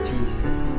Jesus